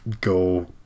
go